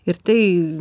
ir tai